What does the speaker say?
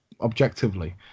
objectively